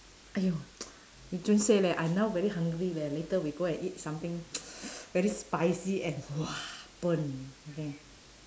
!aiyo! you don't say leh I now very hungry leh later we go and eat something very spicy and !wah! burn okay